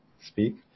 speak